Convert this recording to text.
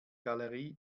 galerie